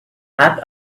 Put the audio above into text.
had